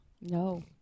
No